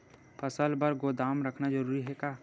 फसल बर गोदाम रखना जरूरी हे का?